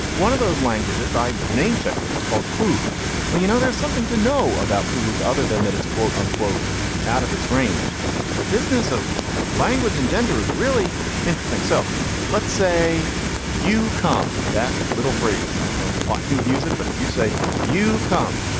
one of those languages i name check that it's called qu well, you know there's something to know about kook other than that it's quote unquote out of its range the business of language and gender is really interesting. so let's say you come. that little phrase, i don't know why he would use it, but if you say you come,